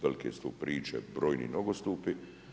Velike su tu priče, brojni nogostupi.